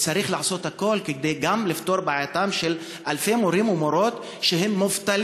צריך לעשות הכול כדי לפתור בעייתם של אלפי מורים ומורות מובטלים,